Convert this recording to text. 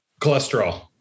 Cholesterol